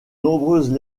nombreuses